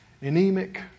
anemic